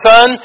Son